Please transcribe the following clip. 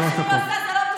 כאבי בטן.